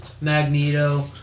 Magneto